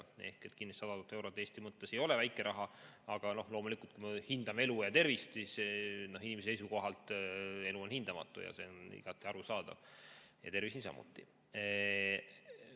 kindlasti 100 000 eurot Eesti mõttes ei ole väike raha, aga loomulikult, kui me hindame elu ja tervist inimese seisukohalt, siis elu on hindamatu. See on igati arusaadav. Ja tervis niisamuti.